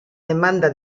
demanda